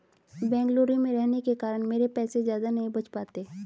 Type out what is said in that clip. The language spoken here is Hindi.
बेंगलुरु में रहने के कारण मेरे पैसे ज्यादा नहीं बच पाते